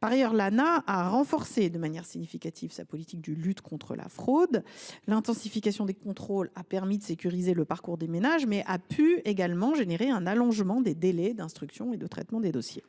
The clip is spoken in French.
Par ailleurs, l’Anah a renforcé de manière significative sa politique de lutte contre la fraude. L’intensification des contrôles a permis de sécuriser le parcours des ménages, mais a pu également provoquer un allongement des délais d’instruction et de traitement des dossiers.